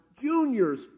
juniors